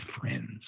friends